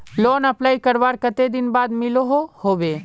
Loan apply करवार कते दिन बाद लोन मिलोहो होबे?